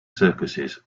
circuses